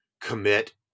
commit